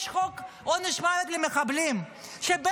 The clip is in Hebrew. יש חוק עונש מוות למחבלים של עודד פורר,